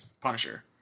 Punisher